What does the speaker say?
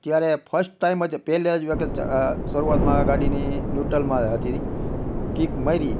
ત્યારે first time જ પહેલાં જ વખત શરૂઆતમાં ગાડીની ન્યુટ્રલમાં હતી કીક મારી